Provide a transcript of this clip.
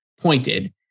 pointed